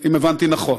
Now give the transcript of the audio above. אם הבנתי נכון.